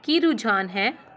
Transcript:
ਕੀ ਰੁਝਾਨ ਹੈ